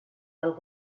del